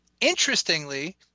Interestingly